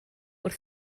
wrth